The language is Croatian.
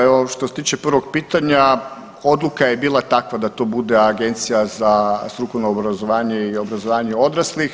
Evo, što se tiče prvog pitanja, odluka je bila takva da to bude Agencija za strukovno obrazovanje i obrazovanje odraslih.